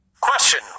question